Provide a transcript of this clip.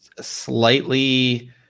slightly